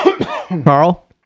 Carl